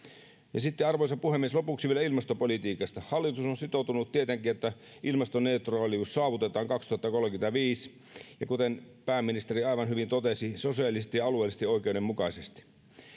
sitten arvoisa puhemies lopuksi vielä ilmastopolitiikasta hallitus on sitoutunut tietenkin siihen että ilmastoneutraalius saavutetaan kaksituhattakolmekymmentäviisi ja kuten pääministeri aivan hyvin totesi sosiaalisesti ja alueellisesti oikeudenmukaisesti kun käymme keskustelua suomalaisten metsien kohtalosta niin